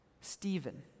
Stephen